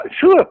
sure